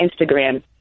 Instagram